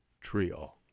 Trio